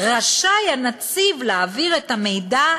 "רשאי הנציב להעביר את המידע,